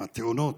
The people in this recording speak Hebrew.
התאונות,